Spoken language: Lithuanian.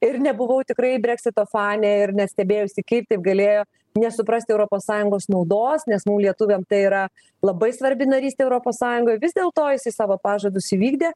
ir nebuvau tikrai breksito fanė ir net stebėjausi kaip taip galėjo nesuprasti europos sąjungos naudos nes mum lietuviam tai yra labai svarbi narystė europos sąjungoj vis dėl to jisai savo pažadus įvykdė